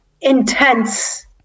intense